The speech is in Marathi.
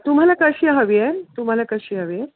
तुम्हाला कशी हवी आहे तुम्हाला कशी हवी आहे